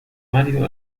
mario